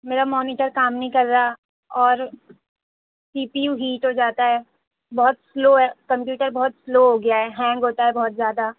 میرا مانیٹر کام نہیں کر رہا اور سی پی یو ہیٹ ہو جاتا ہے بہت سلو ہے کمپیوٹر بہت سلو ہو گیا ہے ہینگ ہوتا ہے بہت زیادہ